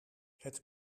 het